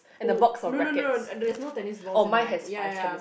oh no no no there is no tennis ball in my ya ya ya